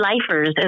lifers